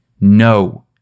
No